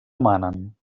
emanen